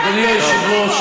אדוני היושב-ראש,